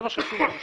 זה מה שחשוב לנו,